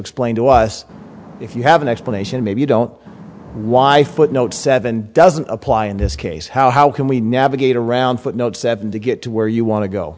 explain to us if you have an explanation maybe you don't why footnote seven doesn't apply in this case how can we navigate around footnote seven to get to where you want to go